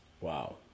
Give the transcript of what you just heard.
Wow